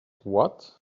what